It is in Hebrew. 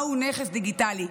מהו נכס דיגיטלי,